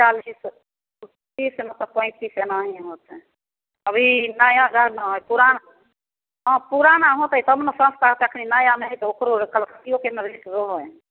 चालीस तीस नहि तऽ पैँतिस एनाहिए होतै अभी नया गाछ ने हइ पुरान हँ पुराना होतै तब ने सस्ता तखनी नया ने हइ तऽ ओकरो कलकतिओके ने रहै